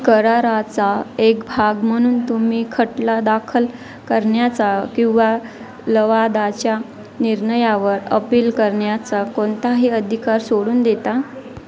कराराचा एक भाग म्हणून तुम्ही खटला दाखल करण्याचा किंवा लवादाच्या निर्णयावर अपिल करण्याचा कोणताही अधिकार सोडून देता